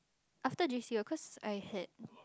after J_C oh cause I had